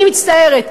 אני מצטערת.